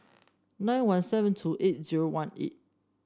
nine one seven two eight zero one four